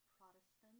Protestant